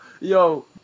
Yo